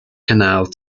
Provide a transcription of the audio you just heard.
canal